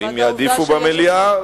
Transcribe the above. או אם יעדיפו במליאה,